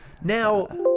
Now